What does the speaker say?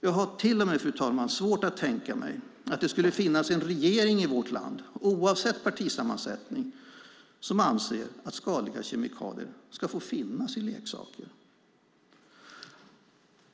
Jag har till och med, fru talman, svårt att tänka mig att det skulle finnas en regering i vårt land, oavsett partisammansättning, som anser att skadliga kemikalier ska få finnas i leksaker.